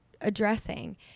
addressing